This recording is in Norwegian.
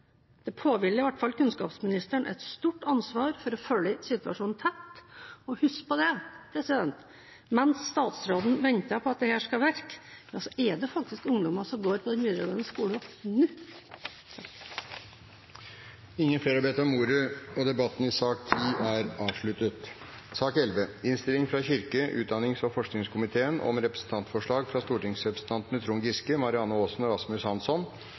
Det påhviler i hvert fall kunnskapsministeren et stort ansvar for å følge situasjonen tett. Og husk på at mens statsråden venter på at dette skal virke, er det faktisk ungdommer som går på videregående skole nå. Flere har ikke bedt om ordet til sak nr. 10. Etter ønske fra kirke-, utdannings- og forskningskomiteen